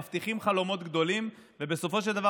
הם מבטיחים חלומות גדולים ובסופו של דבר